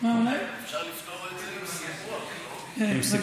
אולי אפשר לפתור את זה עם סיפוח, לא?